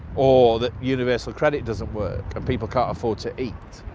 or that universal credit doesn't work, and people can't afford to eat.